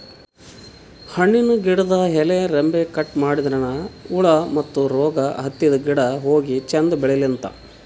ಹಣ್ಣಿನ್ ಗಿಡದ್ ಎಲಿ ರೆಂಬೆ ಕಟ್ ಮಾಡದ್ರಿನ್ದ ಹುಳ ಮತ್ತ್ ರೋಗ್ ಹತ್ತಿದ್ ಗಿಡ ಹೋಗಿ ಚಂದ್ ಬೆಳಿಲಂತ್